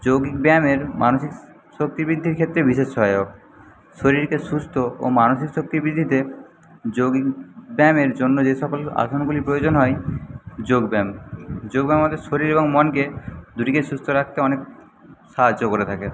যৌগিক ব্যায়ামের মানসিক শক্তি বৃদ্ধির ক্ষেত্রে বিশেষ সহায়ক শরীরকে সুস্থ ও মানসিক শক্তি বৃদ্ধিতে যৌগিক ব্যায়ামের জন্য যেসকল আসনগুলি প্রয়োজন হয় যোগব্যায়াম যোগব্যায়াম আমাদের শরীর এবং মনকে দুটিকে সুস্থ রাখতে অনেক সাহায্য করে থাকে